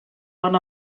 one